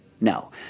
No